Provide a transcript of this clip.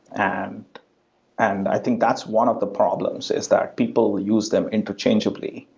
and and i think that's one of the problems is that people use them interchangeably,